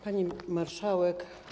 Pani Marszałek!